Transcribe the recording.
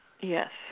Yes